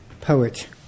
poet